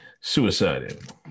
suicided